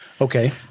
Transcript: Okay